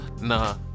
Nah